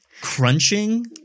crunching